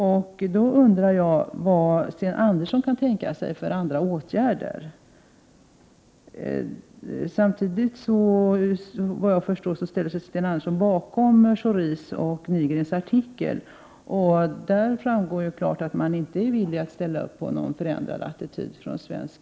Jag undrar vilka andra åtgärder Sten Andersson kan tänka sig. Såvitt jag förstår ställer sig Sten Andersson bakom Schoris och Nygrens artikel, av vilken det klart framgår att man från svensk sida inte är beredd till någon förändring i attityden.